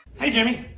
hey, jimmy.